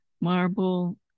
marble